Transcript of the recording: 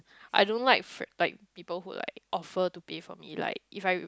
I don't like fr~ but people who like offer to pay for me like if I